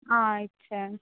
ఇచ్చేయండి